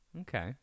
Okay